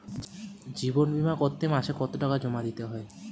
জীবন বিমা করতে মাসে কতো টাকা জমা দিতে হয়?